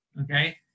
Okay